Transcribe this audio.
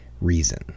reason